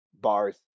bars